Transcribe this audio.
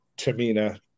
Tamina